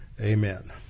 Amen